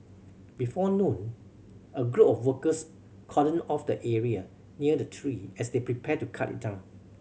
before noon a group of workers cordoned off the area near the tree as they prepared to cut it down